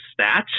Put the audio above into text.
stats